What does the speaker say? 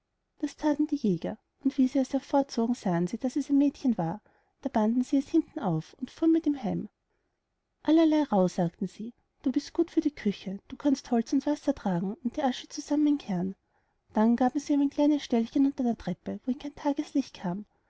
das thaten die jäger und wie sie es hervorzogen sahen sie daß es ein mädchen war da banden sie es hinten auf und fuhren mit ihm heim allerlei rauh sagten sie du bist gut für die küche du kannst holz und wasser tragen und die asche zusammen kehren dann gaben sie ihm ein kleines ställchen unter der treppe wohin kein tagslicht kam